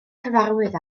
cyfarwydd